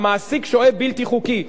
המעסיק שוהה בלתי חוקי,